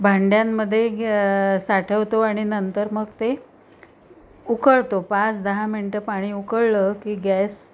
भांड्यांमध्ये साठवतो आणि नंतर मग ते उकळतो पाच दहा मिनटं पाणी उकळलं की गॅस